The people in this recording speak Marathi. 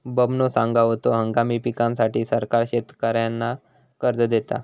बबनो सांगा होतो, हंगामी पिकांसाठी सरकार शेतकऱ्यांना कर्ज देता